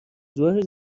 ظهرش